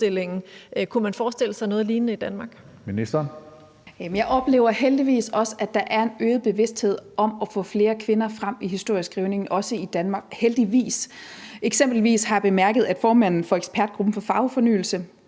Ministeren for ligestilling (Marie Bjerre): Jeg oplever heldigvis også, at der er en øget bevidsthed om at få flere kvinder frem i historieskrivningen, også i Danmark – heldigvis. Eksempelvis har jeg bemærket, at formanden for ekspertgruppen for Fagfornyelsen